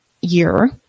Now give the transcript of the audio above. year